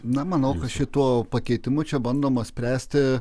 na manau kad šituo pakeitimu čia bandoma spręsti